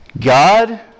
God